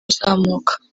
uzamuka